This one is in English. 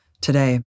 Today